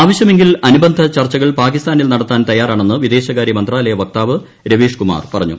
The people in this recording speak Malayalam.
ആവശ്യമെങ്കിൽ അനുബന്ധ ചർച്ചകൾ പാകിസ്ഷ്ഠാനീൽ നടത്താൻ തയ്യാറാണെന്ന് വിദേശകാരൃ മന്ത്രാലയ വക്താവ് രൂവീഷ്കുമാർ പറഞ്ഞു